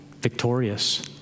Victorious